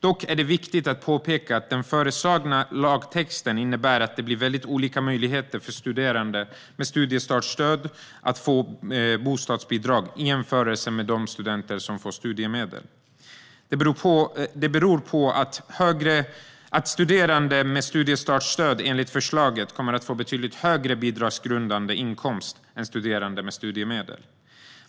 Dock är det viktigt att påpeka att den föreslagna lagtexten innebär att det blir väldigt olika möjligheter för studerande med studiestartsstöd att få bostadsbidrag i jämförelse med de studenter som får studiemedel. Det beror på att studerande med studiestartsstöd enligt förslaget kommer att få en betydligt högre bidragsgrundande inkomst än studerande med studiemedel.